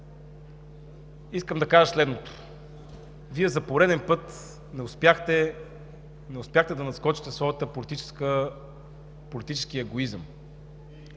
искам да кажа следното: Вие за пореден път не успяхте да надскочите своя политически егоизъм.